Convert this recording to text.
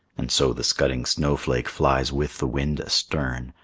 and so the scudding snowflake flies with the wind astern,